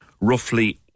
Roughly